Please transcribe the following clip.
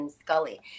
Scully